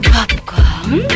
Popcorn